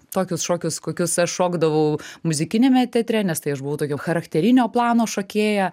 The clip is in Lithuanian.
tokius šokius kokius aš šokdavau muzikiniame teatre nes tai aš buvau tokio charakterinio plano šokėja